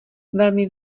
velmi